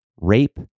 rape